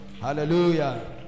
Hallelujah